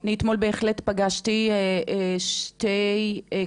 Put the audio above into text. אני אתמול הייתי ובהחלט פגשתי שתי קטינות